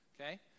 Okay